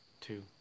two